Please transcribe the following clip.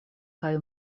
kaj